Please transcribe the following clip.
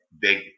big